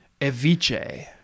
Eviche